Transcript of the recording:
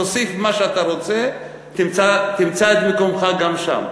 תוסיף מה שאתה רוצה, תמצא את מקומך גם שם.